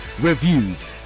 reviews